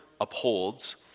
upholds